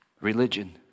Religion